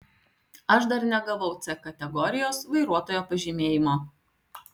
aš dar negavau c kategorijos vairuotojo pažymėjimo